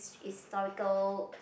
historical